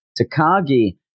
Takagi